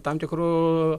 tam tikrų